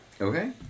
Okay